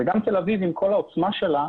וגם תל-אביב עם כל העוצמה שלה,